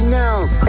now